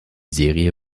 serie